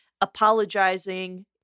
Apologizing